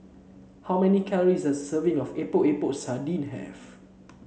how many calories does a serving of Epok Epok Sardin have